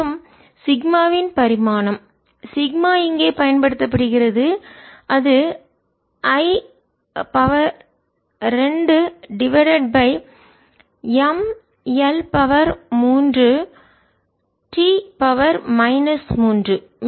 மற்றும் சிக்மாவின் பரிமாணம் சிக்மா இங்கே பயன்படுத்தப்படுகிறது அது I 2 divided by M L மூன்று T 3